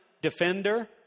defender